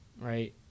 Right